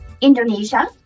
Indonesia